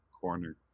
corner